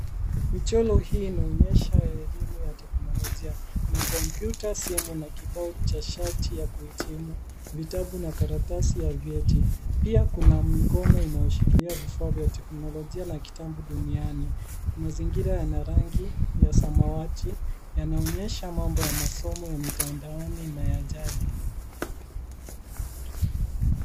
Michoro hii inaonyesha elimu ya teknolojia. Kuna kompyuta, simu na kibao cha chati ya kuhitimu, vitabu na karatasi ya vyeti. Pia kuna mikono inayoshikilia vifaa vya teknolojia na kitabu duniani. Mazingira yana rangi ya samawati yanaonyesha mambo ya masomo ya mitandaoni na ya jadi.